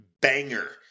banger